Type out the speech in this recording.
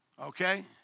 Okay